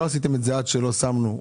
לא עשיתם את זה עד שלא שמנו חוק.